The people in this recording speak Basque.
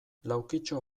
laukitxo